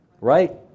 Right